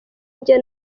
njye